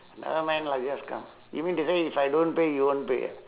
nevermind lah just come you mean to say if I don't pay you won't pay ah